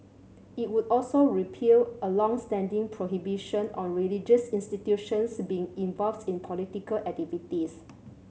it would also repeal a long standing prohibition on religious institutions being involved in political activities